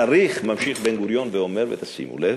צריך" ממשיך בן-גוריון ואומר, ותשימו לב,